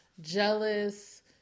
jealous